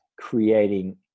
creating